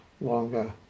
longer